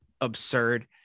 absurd